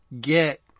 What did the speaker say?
get